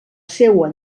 seua